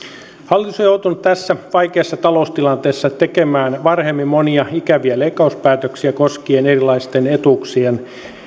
on joutunut tässä vaikeassa taloustilanteessa tekemään varhemmin monia ikäviä leikkauspäätöksiä koskien erilaisten etuuksien saajia